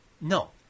No